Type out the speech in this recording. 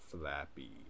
flappy